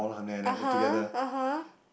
(uh huh) (uh huh)